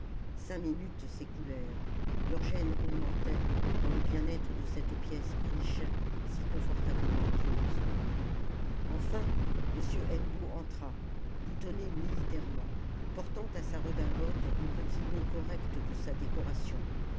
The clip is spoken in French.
cinq minutes s'écoulèrent leur gêne augmentait dans le bien-être de cette pièce riche si confortablement close enfin m hennebeau entra boutonné militairement portant à sa redingote le petit noeud correct de sa décoration